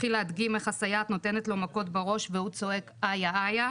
התחיל להדגים איך הסייעת נותנת לו מכות בראש והוא צועק 'איי איי',